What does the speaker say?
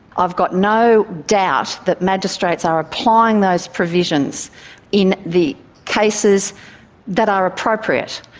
i've got no doubt that magistrates are applying those provisions in the cases that are appropriate.